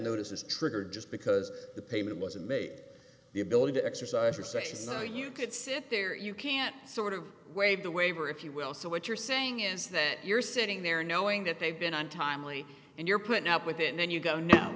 notice is triggered just because the payment wasn't made the ability to exercise your say so you could sit there you can't sort of waive the waiver if you will so what you're saying is that you're sitting there knowing that they've been untimely and you're putting up with it and then you go no